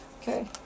Okay